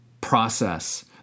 process